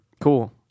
Cool